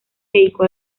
dedicó